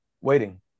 waiting